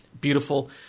beautiful